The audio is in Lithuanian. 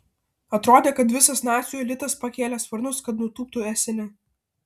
atrodė kad visas nacių elitas pakėlė sparnus kad nutūptų esene